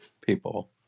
people